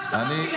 רק שמחתי להבהיר.